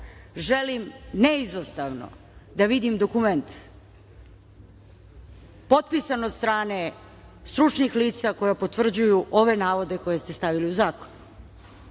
želim neizostavno da vidim dokument potpisan od strane stručnih lica koja potvrđuju ove navode koje ste stavili u zakon.